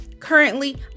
Currently